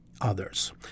others